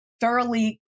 thoroughly